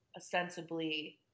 ostensibly